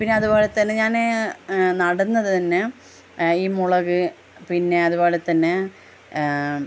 പിന്നെ അതുപോലെ തന്നെ ഞാന് നടുന്നത് തന്നെ ഈ മുളക് പിന്നെ അതുപോലെ തന്നെ